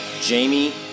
Jamie